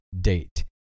date